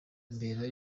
mbere